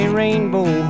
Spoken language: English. rainbow